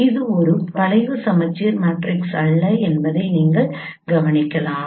இது ஒரு வளைவு சமச்சீர் மேட்ரிக்ஸ் அல்ல என்பதை நீங்கள் கவனிக்கலாம்